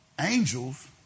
angels